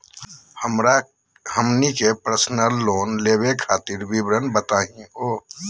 हमनी के personal loan लेवे खातीर विवरण बताही हो?